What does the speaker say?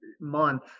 month